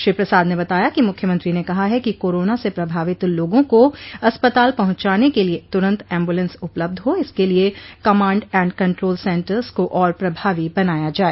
श्री प्रसाद ने बताया कि मुख्यमंत्री ने कहा है कि कोरोना से प्रभावित लोगों को अस्पताल पहुंचाने के लिए तुरन्त एम्बुलेंस उपलब्ध हो इसके लिए कमाण्ड एण्ड कन्ट्रोल सेन्टर्स को और प्रभावी बनाया जाए